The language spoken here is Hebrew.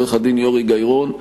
העורך-דין יורי גיא-רון,